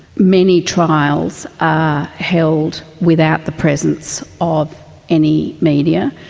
many trials are held without the presence of any media.